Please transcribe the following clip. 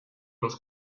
los